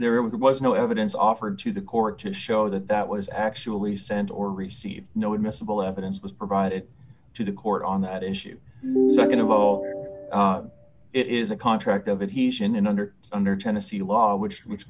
there was no evidence offered to the court to show that that was actually sent or received no admissible evidence was provided to the court on that issue nd of all it is a contract of adhesion and under under tennessee law which which